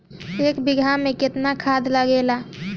एक बिगहा में केतना खाद लागेला?